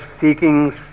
seekings